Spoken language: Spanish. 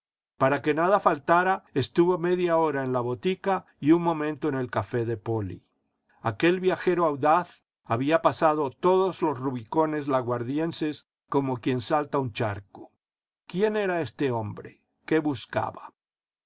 para que nada faltara estuvo media hora en la botica y un momento en el café de poli aquel viajero audaz había pasado todos los rubicones laguardienses como quien salta un charco quién era este hombre qué buscaba